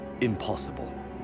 Impossible